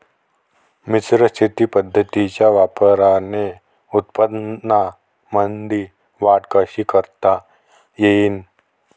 मिश्र शेती पद्धतीच्या वापराने उत्पन्नामंदी वाढ कशी करता येईन?